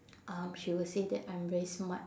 um she will say that I'm very smart